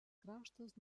kraštas